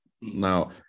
now